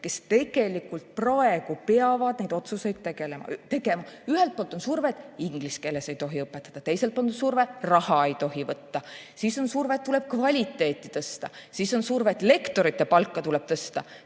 need, kes praegu peavad neid otsuseid tegema. Ühelt poolt on surve, et inglise keeles ei tohi õpetada, teiselt poolt on surve, et raha ei tohi võtta, siis on surve, et tuleb kvaliteeti tõsta, siis surve, et lektorite palka tuleb tõsta.